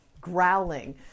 growling